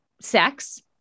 sex